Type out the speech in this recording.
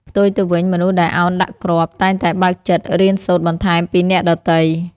ផ្ទុយទៅវិញ មនុស្សដែលឱនដាក់គ្រាប់ តែងតែបើកចិត្តរៀនសូត្របន្ថែមពីអ្នកដទៃ។